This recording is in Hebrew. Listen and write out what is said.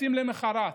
טסים למוחרת,